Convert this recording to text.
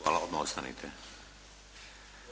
**Šeks, Vladimir